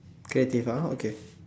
creative ah okay